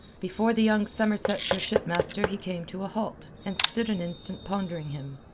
before the young somersetshire shipmaster he came to a halt, and stood an instant pondering him.